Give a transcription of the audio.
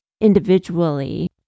individually